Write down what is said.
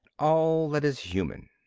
all that is human.